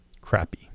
crappy